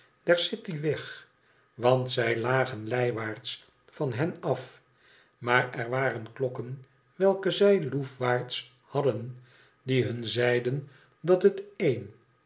der city weg want zij lagen lijwaarts van hen af maar er waren klokken welke zij loefwaarts hadden die hun zeiden dat het een